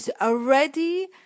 already